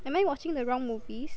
am I watching the wrong movies